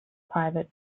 private